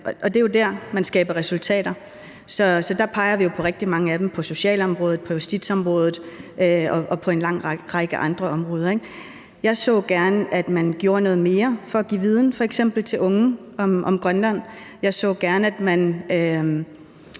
Det er jo der, man skaber resultater. Så der peger vi jo på rigtig mange ting på socialområdet, på justitsområdet og på en lang række andre områder. Jeg så gerne, at man gjorde noget mere for at give viden f.eks. til unge om Grønland. Jeg så gerne, at man